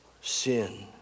sin